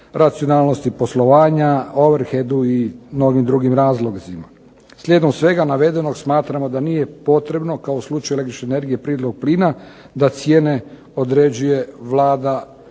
racionalnosti poslovanja, overheadu i mnogim drugim razlozima. Slijedom svega navedenog smatramo da nije potrebno kao u slučaju električne energije i prirodnog plina da cijene određuje Vlada